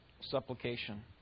supplication